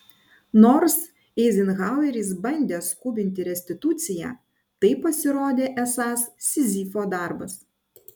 nors eizenhaueris bandė skubinti restituciją tai pasirodė esąs sizifo darbas